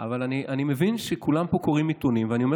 אבל אני מבין שכולם פה קוראים עיתונים ואני אומר